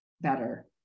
better